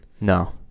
No